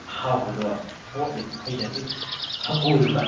ꯍꯥꯎꯕꯗꯣ ꯃꯣꯠꯂꯦ ꯍꯩꯅꯗꯦ ꯍꯪꯒꯣꯏꯌꯦꯕ